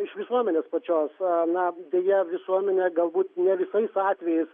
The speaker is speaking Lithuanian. iš visuomenės pačios deja visuomenė galbūt ne visais atvejais